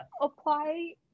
apply